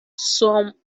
some